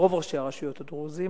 רוב ראשי הרשויות הדרוזים,